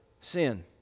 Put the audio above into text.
sin